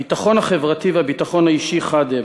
הביטחון החברתי והביטחון האישי חד הם.